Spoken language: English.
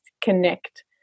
connect